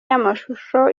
y’amashusho